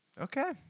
Okay